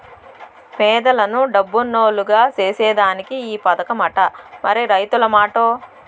పేదలను డబ్బునోల్లుగ సేసేదానికే ఈ పదకమట, మరి రైతుల మాటో